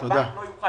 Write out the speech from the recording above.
ולא נוכל